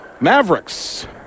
Mavericks